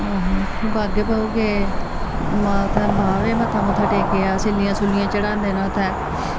आहो फिर बागे बाहू गे उ'त्थें बाह्बे मत्था मुत्था टेकेआ छिल्लियां छूल्लियां चढांदे न उ'त्थें